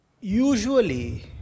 usually